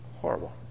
horrible